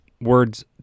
words